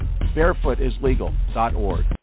Barefootislegal.org